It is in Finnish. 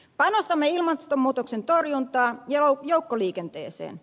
panostamme ilmastonmuutoksen torjuntaan ja joukkoliikenteeseen